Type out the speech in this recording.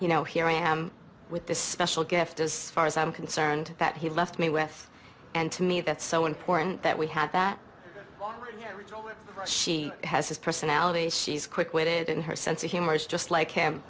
you know here i am with this special gift as far as i'm concerned that he left me with and to me that's so important that we have that she has his personality and she's quick witted in her sense of humor is just like him